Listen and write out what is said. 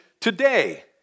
today